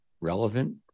relevant